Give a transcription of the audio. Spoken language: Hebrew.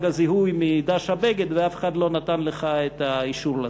הזיהוי מדש הבגד ואף אחד לא נתן לך את האישור לזה.